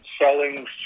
selling